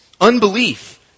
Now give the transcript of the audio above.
unbelief